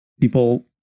people